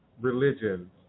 religions